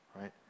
right